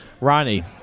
Ronnie